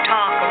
Talk